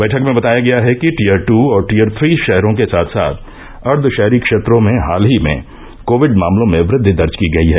बैठक में बताया गया कि टीयर ट् और टीयर थ्री शहरों के साथ साथ अर्दघ शहरी क्षेत्रों में हाल ही में कोविड मामलों में वृद्धि दर्ज की गई है